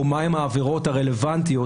או מהן העבירות הרלוונטיות.